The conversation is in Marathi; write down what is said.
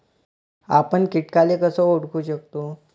आपन कीटकाले कस ओळखू शकतो?